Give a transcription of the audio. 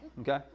Okay